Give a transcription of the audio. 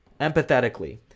empathetically